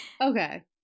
Okay